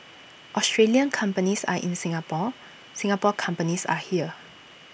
Australian companies are in Singapore Singapore companies are here